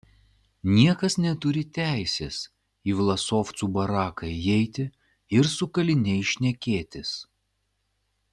niekas neturi teisės į vlasovcų baraką įeiti ir su kaliniais šnekėtis